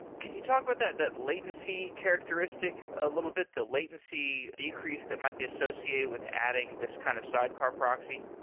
can you talk about that? that latency characteristics a little bit? the latency decrease that might be associated with adding this kind of sidecar proxy?